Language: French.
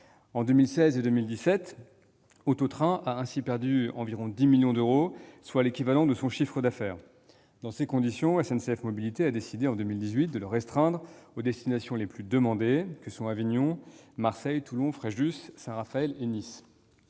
En 2016 et 2017, il a ainsi perdu environ 10 millions d'euros, soit l'équivalent de son chiffre d'affaires. Dans ces conditions, SNCF Mobilités a décidé, en 2018, de le restreindre aux destinations les plus demandées : Avignon, Marseille, Toulon, Fréjus-Saint-Raphaël et Nice.